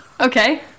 Okay